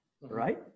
right